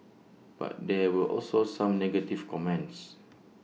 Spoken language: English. but there were also some negative comments